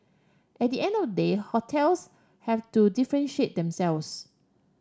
at the end of the day hotels have to differentiate themselves